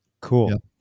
Cool